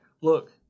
look